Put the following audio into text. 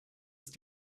ist